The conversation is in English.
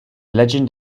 legend